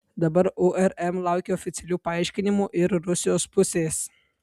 dabar urm laukia oficialių paaiškinimų ir rusijos pusės